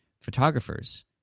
photographers